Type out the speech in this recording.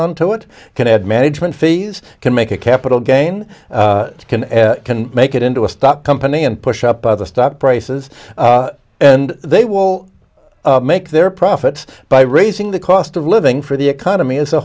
onto it can add management fees can make a capital gain can and can make it into a stock company and push up other stock prices and they will make their profits by raising the cost of living for the economy as a